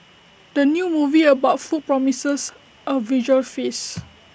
the new movie about food promises A visual feast